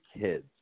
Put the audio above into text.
kids